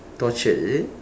tortured is it